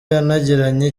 yanagiranye